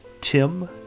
tim